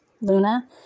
Luna